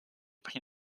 pris